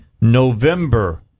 November